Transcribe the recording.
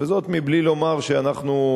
וזאת מבלי לומר שאנחנו,